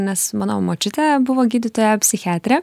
nes mano močiutė buvo gydytoja psichiatrė